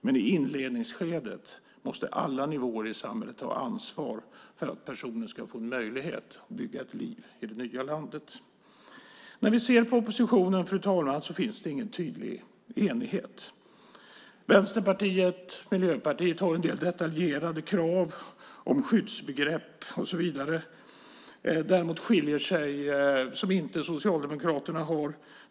Men i inledningsskedet måste alla nivåer i samhället ta ansvar för att personer ska få en möjlighet att bygga ett liv i det nya landet. Fru talman! Det finns ingen tydlig enighet när vi ser på oppositionen. Vänsterpartiet och Miljöpartiet har en del detaljerade krav om skyddsbegrepp och så vidare som inte Socialdemokraterna har.